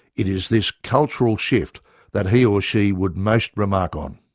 it is this cultural shift that he or she would most remark on.